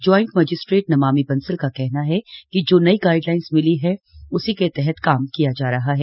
joint magistrate Namami Bansal का कहना है जो नई गाइडलाइंस मिली है उसी के तहत काम किया जा रहा है